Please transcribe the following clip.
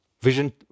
Vision